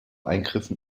eingriffen